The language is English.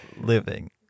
living